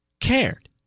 cared